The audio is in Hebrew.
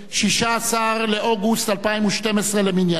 16 באוגוסט 2012 למניינם,